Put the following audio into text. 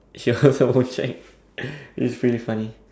she would also won't check it's pretty funny